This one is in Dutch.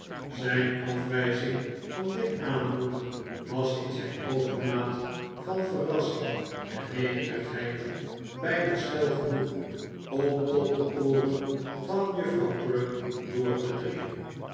zijn afwijzing van dit aahbod was in zijn overmaat van verrassing en nederigheid bijna schel genoeg om tot de ooren van juffrouw crupp door te dringen